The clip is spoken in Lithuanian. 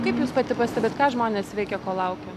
kaip jūs pati pastebit ką žmonės veikia kol laukia